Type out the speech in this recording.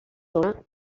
zona